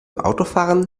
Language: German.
autofahren